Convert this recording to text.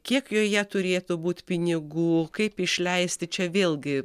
kiek joje turėtų būt pinigų kaip išleisti čia vėlgi